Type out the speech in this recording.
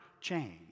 change